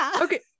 Okay